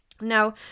now